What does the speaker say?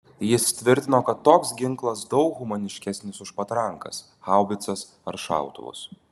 jis tvirtino kad toks ginklas daug humaniškesnis už patrankas haubicas ar šautuvus